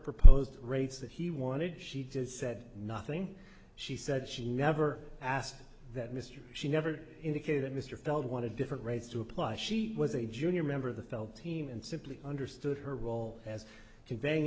proposed rates that he wanted she just said nothing she said she never asked that mr she never indicated mr feld want to different rates to apply she was a junior member of the felt team and simply understood her role as conveying